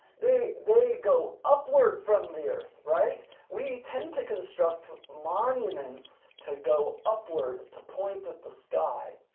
they they go upward from the earth, right? we tend to construct monuments to go upward, to point at the sky,